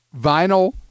vinyl